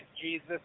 Jesus